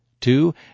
Two